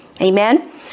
Amen